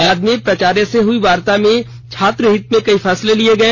बाद में प्राचार्य से हुई वार्ता में छात्र हित में कई फैसले लिए गए